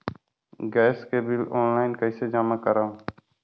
Gas के bill online कइसे जमा करव?